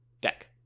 deck